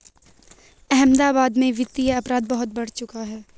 अहमदाबाद में वित्तीय अपराध बहुत बढ़ चुका है